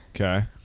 Okay